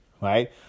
right